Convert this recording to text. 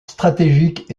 stratégiques